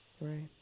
right